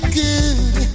good